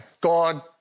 God